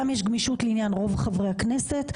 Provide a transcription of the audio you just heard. גם יש גמישות לעניין רוב חברי הכנסת.